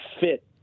fit